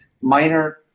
minor